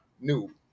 new